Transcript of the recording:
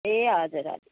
ए हजुर हजुर